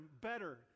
better